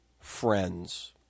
friends